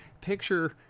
picture